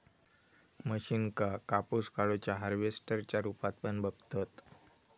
मशीनका कापूस काढुच्या हार्वेस्टर च्या रुपात पण बघतत